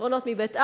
זיכרונות מבית אבא,